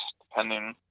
depending